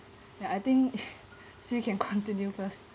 ya I think so you can continue first